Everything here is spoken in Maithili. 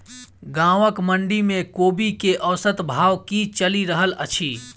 गाँवक मंडी मे कोबी केँ औसत भाव की चलि रहल अछि?